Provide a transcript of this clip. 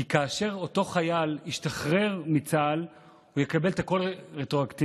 כי כאשר אותו חייל ישתחרר מצה"ל הוא יקבל את הכול רטרואקטיבית.